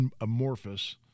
amorphous